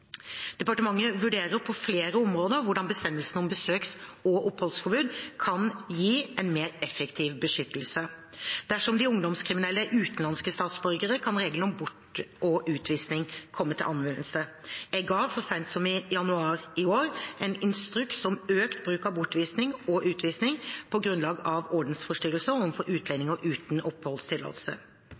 Departementet vurderer på flere områder hvordan bestemmelsene om besøks- og oppholdsforbud kan gi en mer effektiv beskyttelse. Dersom de ungdomskriminelle er utenlandske statsborgere, kan reglene om bort- og utvisning komme til anvendelse. Jeg ga så sent som i januar i år en instruks om økt bruk av bortvisning og utvisning på grunnlag av ordensforstyrrelser overfor utlendinger uten oppholdstillatelse.